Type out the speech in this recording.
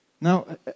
Now